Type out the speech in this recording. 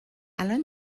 الان